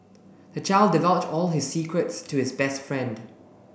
the child divulged all his secrets to his best friend